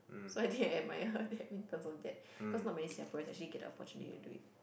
so I think I admire her that in terms of that cause not many Singaporeans actually get the opportunity to do it